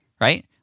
right